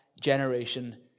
generation